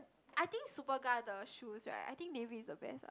I think Superga the shows right i think they really the best uh